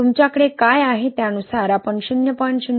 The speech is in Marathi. तुमच्याकडे काय आहे त्यानुसार आपण 0